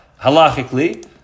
halachically